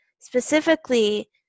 specifically